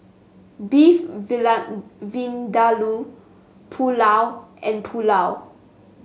Beef Vindaloo Pulao and Pulao